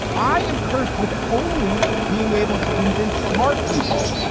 i am cursed with only being able to convince smart people.